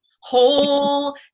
whole